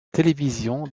télévision